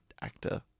actor